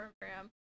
program